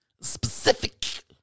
specific